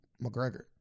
McGregor